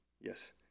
Yes